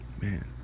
man